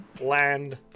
Land